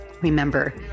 Remember